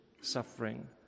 suffering